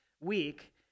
week